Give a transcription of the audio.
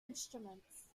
instruments